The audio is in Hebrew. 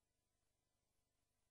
אדוני השר, אני רוצה לומר לך, אתה שר חדש